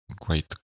great